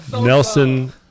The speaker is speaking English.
Nelson